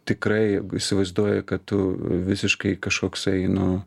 tikrai įsivaizduoji kad tu visiškai kažkoksai nu